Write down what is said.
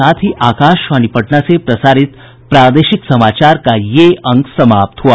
इसके साथ ही आकाशवाणी पटना से प्रसारित प्रादेशिक समाचार का ये अंक समाप्त हुआ